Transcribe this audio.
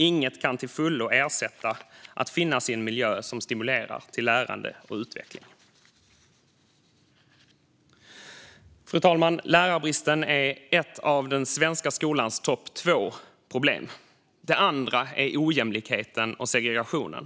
Inget kan till fullo ersätta att befinna sig i en miljö som stimulerar till lärande och utveckling. Fru talman! Lärarbristen är ett av den svenska skolans topp-två-problem. Det andra är ojämlikheten och segregationen.